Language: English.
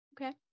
okay